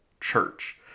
church